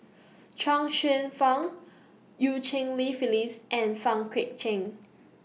Chuang Hsueh Fang EU Cheng Li Phyllis and Pang Guek Cheng